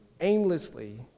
aimlessly